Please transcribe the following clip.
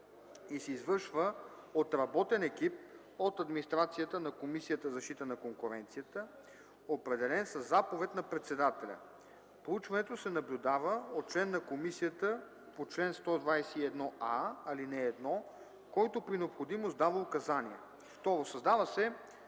и се извършва от работен екип от администрацията на Комисията за защита на конкуренцията, определен със заповед на председателя. Проучването се наблюдава от член на комисията по чл. 121а, ал. 1, който при необходимост дава указания.”